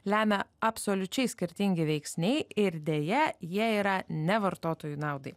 lemia absoliučiai skirtingi veiksniai ir deja jie yra ne vartotojų naudai